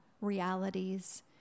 realities